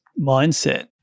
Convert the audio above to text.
mindset